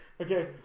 Okay